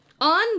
on